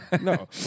No